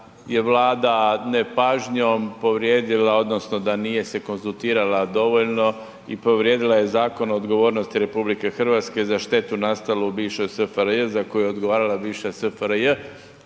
Vlada nepažnjom povrijedila odnosno da nije se konzultirala dovoljno i povrijedila je Zakon o odgovornosti RH za štetu nastalu u bivšoj SFRJ za koju je odgovarala bivša SFRJ,